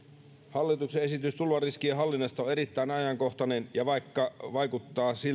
hallituksen esitys tulvariskien hallinnasta on erittäin ajankohtainen ja vaikka vaikuttaa